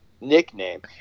nickname